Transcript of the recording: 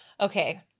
Okay